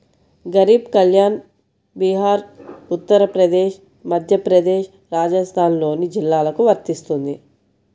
గరీబ్ కళ్యాణ్ బీహార్, ఉత్తరప్రదేశ్, మధ్యప్రదేశ్, రాజస్థాన్లోని జిల్లాలకు వర్తిస్తుంది